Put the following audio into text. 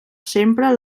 sempre